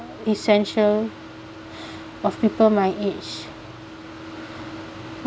essential of people my age